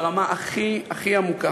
ברמה הכי הכי עמוקה.